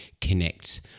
connect